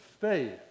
faith